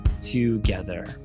Together